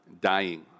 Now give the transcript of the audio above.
dying